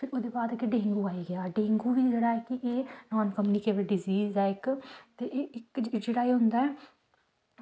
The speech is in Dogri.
ते ओह्दे बाद डेंगू आइयै ओह्दे बाद जेह्ड़ा कि एह् नान कम्युनिकेबल डीसिज़ ऐ इक्क ते एह् इक्क जेह्ड़ा होंदा ऐ